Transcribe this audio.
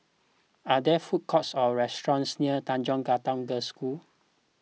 are there food courts or restaurants near Tanjong Katong Girls' School